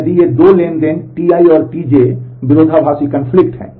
यदि ये 2 transaction Ti और Tj विरोधाभासी हैं